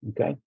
okay